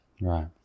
Right